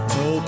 no